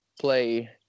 play